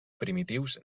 primitius